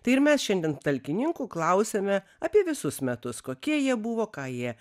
tai ir mes šiandien talkininkų klausiame apie visus metus kokie jie buvo ką jie